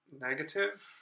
negative